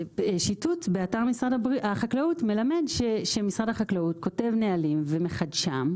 שיטוט באתר משרד החקלאות מלמד שמשרד החקלאות כותב נהלים ומחדשם,